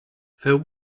feu